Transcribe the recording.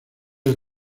del